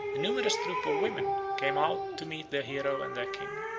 a numerous troop of women came out to meet their hero and their king.